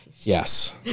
Yes